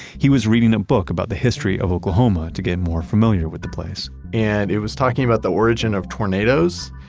he was reading a book about the history of oklahoma to get more familiar with the place and it was talking about the origin of tornadoes,